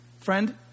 Friend